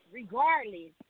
regardless